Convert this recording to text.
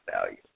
value